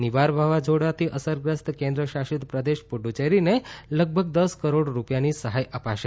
નિવાર વાવાઝોડાથી જ અસરગ્રસ્ત કેન્દ્ર શાસિત પ્રદેશ પુડુ ચેરીને લગભગ દસ કરોડ રૂપિયાની સહાય અપાશે